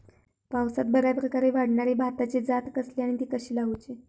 पावसात बऱ्याप्रकारे वाढणारी भाताची जात कसली आणि ती कशी लाऊची?